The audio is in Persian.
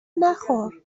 نخور